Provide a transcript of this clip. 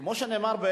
אז הייתי אולי